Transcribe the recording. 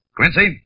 Quincy